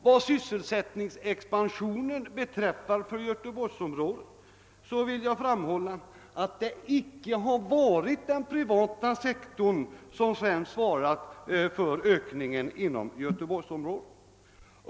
Vad sysselsättningsexpansionen för Göteborgsområdet beträffar vill jag framhålla att det inte har varit den privata sektorn som främst svarat för ökningen inom Göteborgsområdet.